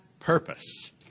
purpose